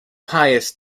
pius